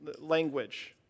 language